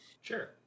Sure